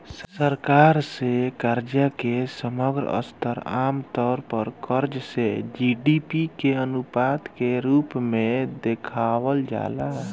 सरकार से कर्जा के समग्र स्तर आमतौर पर कर्ज से जी.डी.पी के अनुपात के रूप में देखावल जाला